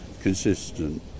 consistent